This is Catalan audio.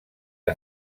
que